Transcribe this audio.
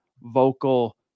vocal